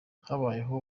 habayeho